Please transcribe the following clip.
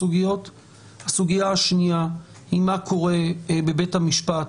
הסוגיה השנייה היא מה קורה בבית המשפט,